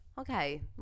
okay